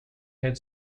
had